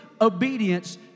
obedience